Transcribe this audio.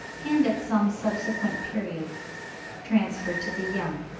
and at some subsequent period transferred to the young.